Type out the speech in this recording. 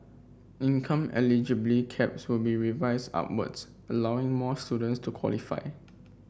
income eligibility caps will be revised upwards allowing more students to qualify